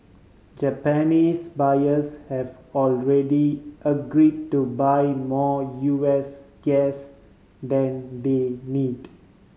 Japanese buyers have already agree to buy more U S gas than they need